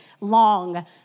long